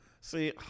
See